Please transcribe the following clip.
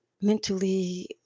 mentally